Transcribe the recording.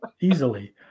Easily